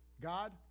God